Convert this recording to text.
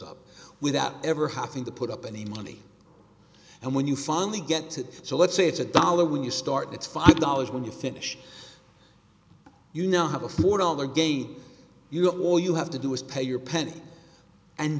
up without ever having to put up any money and when you finally get to so let's say it's a dollar when you start it's five dollars when you finish you know have a for all the game you all you have to do is pay your pennies and